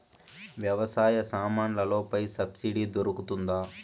వ్యవసాయ సామాన్లలో పై సబ్సిడి దొరుకుతుందా?